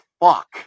fuck